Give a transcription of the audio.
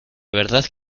verdad